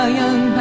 young